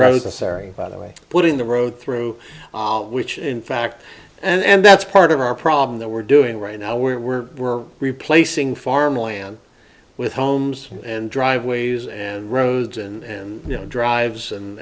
rosa sorry by the way putting the road through which in fact and that's part of our problem that we're doing right now we're we're replacing farmland with homes and driveways and roads and you know drives and